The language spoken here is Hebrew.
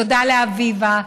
תודה לאביבה,